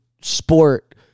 sport